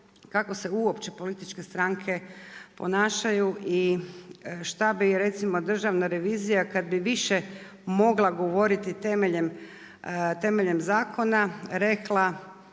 kako se uopće političke stranke ponašaju i šta bi recimo državna revizije kad bi više mogla govoriti temeljem zakona rekla